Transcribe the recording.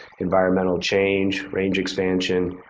environmental change, range expansion,